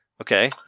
okay